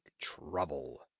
Trouble